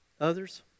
Others